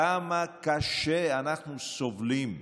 כמה קשה אנחנו סובלים,